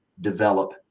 develop